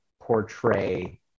portray